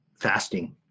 fasting